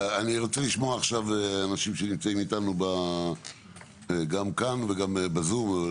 אני רוצה לשמוע עכשיו אנשים שנמצאים איתנו גם כאן וגם בזום.